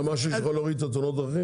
זה משהו שיכול להוריד את מספר תאונות הדרכים?